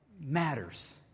matters